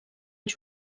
els